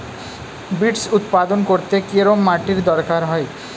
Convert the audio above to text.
Beets উৎপাদন করতে কেরম মাটির দরকার হয়?